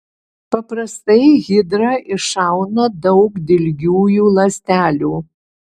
paprastai hidra iššauna daug dilgiųjų ląstelių